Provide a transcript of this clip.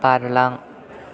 बारलां